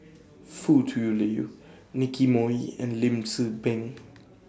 Foo Tui Liew Nicky Moey and Lim Tze Peng